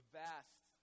vast